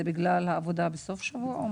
זה בגלל עבודה בסוף שבוע?